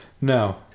No